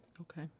okay